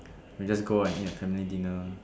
we just go and eat a family dinner